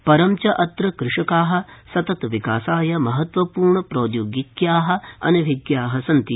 रं च अत्र कृषका सतत विकासाय महत्त्वप्र्णप्रौद्योगिक्या अनभिज्ञा सन्ति